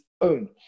own